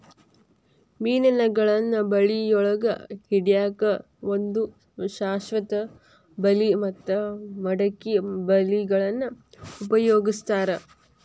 ಮೇನಗಳನ್ನ ಬಳಿಯೊಳಗ ಹಿಡ್ಯಾಕ್ ಒಂದು ಶಾಶ್ವತ ಬಲಿ ಮತ್ತ ಮಡಕಿ ಬಲಿಗಳನ್ನ ಉಪಯೋಗಸ್ತಾರ